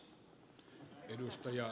arvoisa puhemies